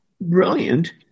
brilliant